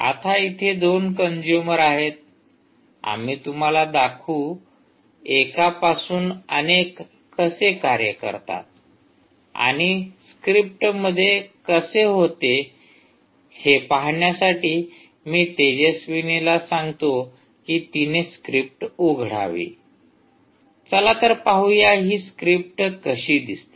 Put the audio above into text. आता इथे दोन कंजुमर आहेत आम्ही तुम्हाला दाखवू एका पासून अनेक कसे कार्य करतात आणि स्क्रिप्ट मध्ये कसे होते हे पाहण्यासाठी मी तेजस्विनीला सांगतो की तिने स्क्रिप्ट उघडावी चला तर पाहूया हि स्क्रिप्ट कशी दिसते